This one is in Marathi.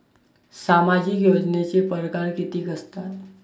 सामाजिक योजनेचे परकार कितीक असतात?